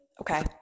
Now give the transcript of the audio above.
Okay